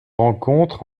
rencontre